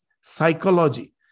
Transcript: psychology